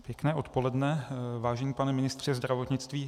Pěkné odpoledne, vážený pane ministře zdravotnictví.